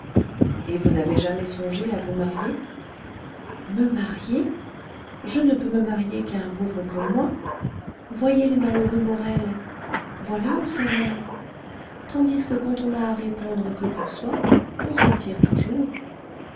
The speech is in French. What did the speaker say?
et vous n'avez jamais songé à vous marier me marier je ne peux me marier qu'à un pauvre comme moi voyez les malheureux morel voilà où ça mène tandis que quand on n'a à répondre que pour soi on s'en tire toujours